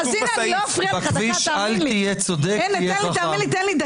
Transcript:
אז הנה, לא אפריע לך, דקה, תאמין לי.